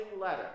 letter